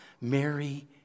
Mary